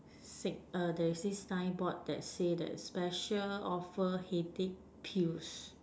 thick err there is this signboard that say that is special offer headache pills